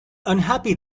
unhappy